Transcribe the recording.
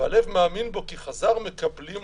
והלב מאמין בו כי חז"ל מקבלים אותו".